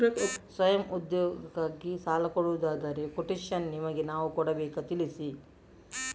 ಸ್ವಯಂ ಉದ್ಯೋಗಕ್ಕಾಗಿ ಸಾಲ ಕೊಡುವುದಾದರೆ ಕೊಟೇಶನ್ ನಿಮಗೆ ನಾವು ಕೊಡಬೇಕಾ ತಿಳಿಸಿ?